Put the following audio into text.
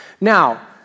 Now